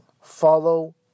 Follow